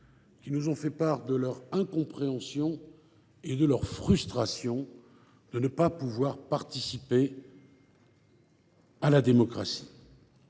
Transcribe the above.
qui nous ont fait part de leur incompréhension et de leur frustration de ne pas pouvoir participer à la démocratie.